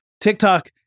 TikTok